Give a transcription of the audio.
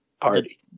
Party